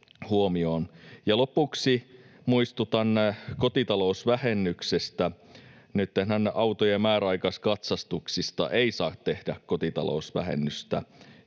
lopuksi muistutan kotitalousvähennyksestä. Nyttenhän autojen määräaikaiskatsastuksista ei saa tehdä kotitalousvähennystä,